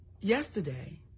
yesterday